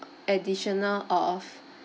additional of